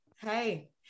hey